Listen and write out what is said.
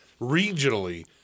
regionally